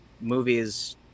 movies